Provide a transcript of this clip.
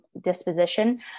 disposition